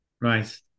right